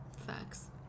Facts